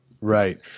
Right